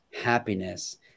happiness